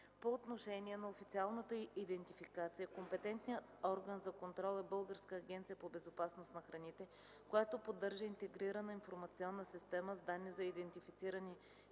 По отношение на официалната идентификация, компетентният орган за контрол е Българска агенция за безопасност на храните, която поддържа Интегрирана информационна система с данни за идентифицираните